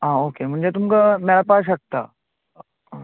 आं ओके म्हणजे तुमका मेळपा शकता